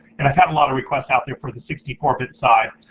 and i've gotten a lot of requests out there for the sixty four bit size.